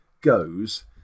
goes